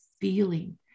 feeling